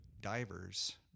divers